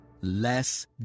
Less